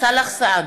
סאלח סעד,